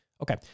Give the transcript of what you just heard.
Okay